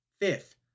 Fifth